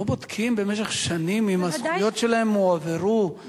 לא בודקים במשך שנים אם הזכויות שלהם הועברו?